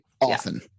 often